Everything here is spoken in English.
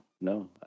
no